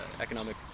economic